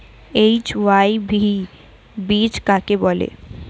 HYV বীজ কাকে বলে?